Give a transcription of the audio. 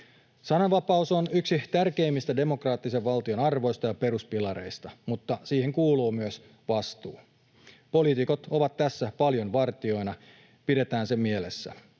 Sananvapaus on yksi tärkeimmistä demokraattisen valtion arvoista ja peruspilareista, mutta siihen kuuluu myös vastuu. Poliitikot ovat tässä paljon vartijoina, pidetään se mielessä.